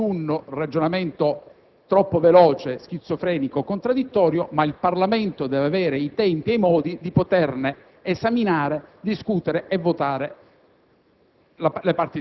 frutto di una riflessione troppo veloce, schizofrenica e contraddittoria; il Parlamento, invece, deve avere i tempi e i modi di poterne esaminare, discutere e votare